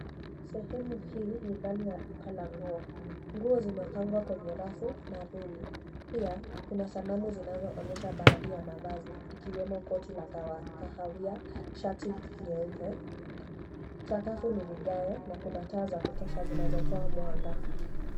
Sehemu hii ni ndani ya duka la nguo. Nguo zimepangwa kwenye rafu na reli. Pia kuna sanamu zinazoonyesha baadhi ya mavazi ikiwemo koti la kahawia, shati nyeupe. Sakafu ni vigae na kuna taa za kutosha zinazotoa mwanga.